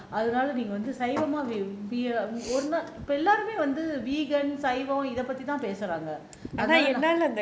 அதுனால வந்து நீங்க சைவம் ஒருநாள் இப்ப எல்லாருமே வந்து சைவம்னு தான் பேசுறாங்க:athunaala vanthu neenga saivam orunaal ippa ellarume saivamnu thaan pesuraanga